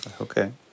Okay